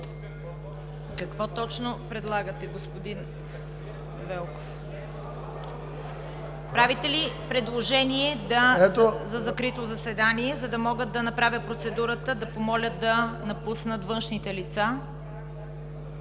Какво точно предлагате, господин Велков? Правите ли предложение за закрито заседание, за да мога да направя процедура – да помоля да напуснат външните лица?